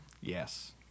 Yes